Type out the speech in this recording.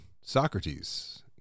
Socrates